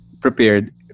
prepared